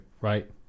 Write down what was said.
right